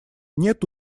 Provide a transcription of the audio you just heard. нет